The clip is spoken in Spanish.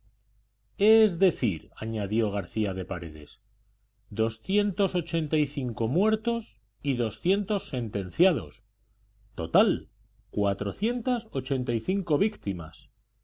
es decir añadió garcía de paredes doscientos ochenta y cinco muertos y doscientos sentenciados total cuatrocientas ochenta y cinco víctimas